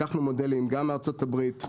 לקחנו מודלים גם מארצות הברית,